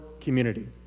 community